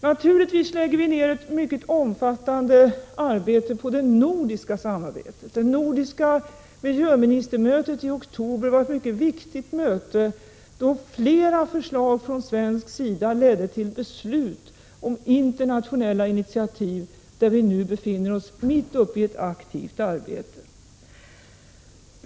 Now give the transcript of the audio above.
Naturligtvis lägger vi ner ett mycket omfattande arbete på det nordiska samarbetet. Det nordiska miljöministermötet i oktober var ett mycket viktigt möte, då flera förslag från svensk sida ledde till beslut om internationella initiativ, där vi nu befinner oss mitt uppe i ett aktivt arbete.